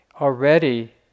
Already